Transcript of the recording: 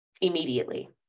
immediately